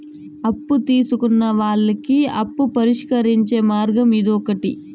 అప్పు తీసుకున్న వాళ్ళకి అప్పు పరిష్కరించే మార్గం ఇదొకటి